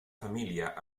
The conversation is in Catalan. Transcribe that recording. família